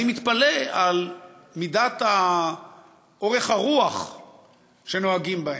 אני מתפלא על מידת אורך הרוח שנוהגים בהם.